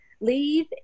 leave